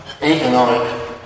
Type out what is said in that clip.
economic